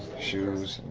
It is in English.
shoes,